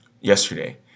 yesterday